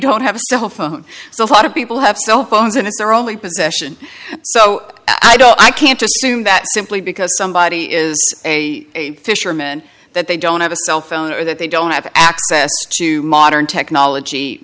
don't have a cell phone so a lot of people have cell phones and it's their only possession so i don't i can't assume that simply because somebody is a fisherman that they don't have a cell phone or that they don't have access to modern technology